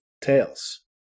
tails